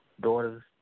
daughters